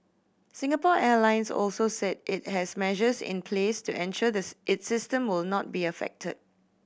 Singapore Airlines also said it has measures in place to ensure this its system will not be affected